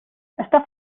està